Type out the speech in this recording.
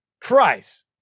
price